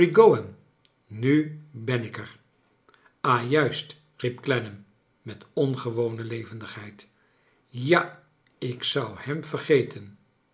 nu ben ik er a juist riep clennam met ongewone levendigheid ja ik zon hem verge